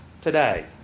today